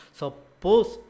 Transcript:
suppose